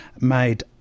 made